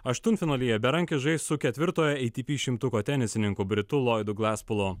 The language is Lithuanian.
aštuntfinalyje berankis žais su ketvirtojo atp šimtuko tenisininku britu loidu glaspolu